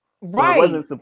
Right